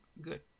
good